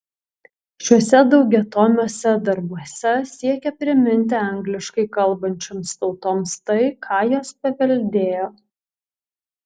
šiuose daugiatomiuose darbuose siekė priminti angliškai kalbančioms tautoms tai ką jos paveldėjo